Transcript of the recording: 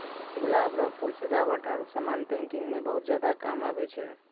गुलाब रो फूल सजावट आरु समान पैकिंग मे बहुत ज्यादा काम आबै छै